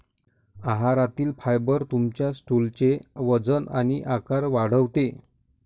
आहारातील फायबर तुमच्या स्टूलचे वजन आणि आकार वाढवते